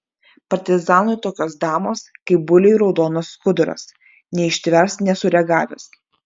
partizanui tokios damos kaip buliui raudonas skuduras neištvers nesureagavęs